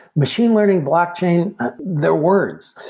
machine learning blockchain, they're words.